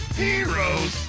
heroes